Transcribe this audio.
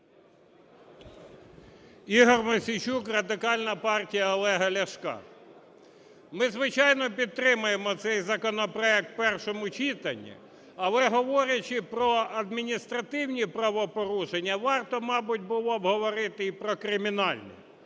Ігор Мосійчук, Радикальна партія Олега Ляшка. Ми, звичайно, підтримуємо цей законопроект в першому читанні, але говорячи про адміністративні правопорушення, варто, мабуть, було б говорити і про кримінальні.